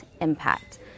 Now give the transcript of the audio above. impact